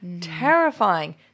Terrifying